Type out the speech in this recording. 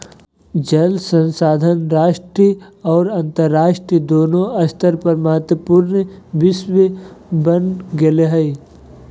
जल संसाधन राष्ट्रीय और अन्तरराष्ट्रीय दोनों स्तर पर महत्वपूर्ण विषय बन गेले हइ